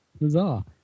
bizarre